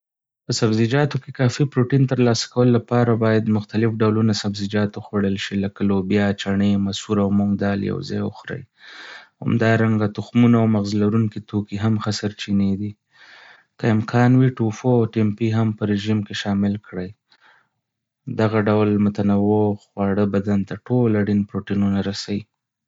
په سبزیجاتو کې کافي پروټين ترلاسه کولو لپاره، بايد مختلف ډولونه سبزيجات وخوړل شي. لکه لوبيا، چڼې، مسور، او مونګ دال يو ځای وخورئ. همدارنګه، تخمونه او مغز لرونکي توکي هم ښه سرچينې دي. که امکان وي، ټوفو او تیمپې هم په رژيم کې شامل کړئ. دغه ډول متنوع خواړه بدن ته ټول اړين پروټينونه رسوي.